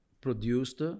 produced